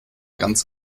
ganz